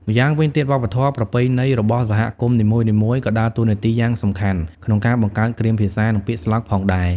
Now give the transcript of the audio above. ម្យ៉ាងវិញទៀត វប្បធម៌ប្រពៃណីរបស់សហគមន៍នីមួយៗក៏ដើរតួនាទីយ៉ាងសំខាន់ក្នុងការបង្កើតគ្រាមភាសានិងពាក្យស្លោកផងដែរ។